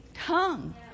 tongue